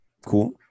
cool